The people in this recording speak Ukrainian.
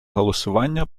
голосування